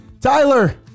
Tyler